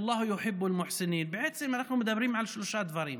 כי אללה אוהב את המיטיבים") בעצם אנחנו מדברים על שלושה דברים: